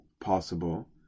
possible